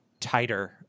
tighter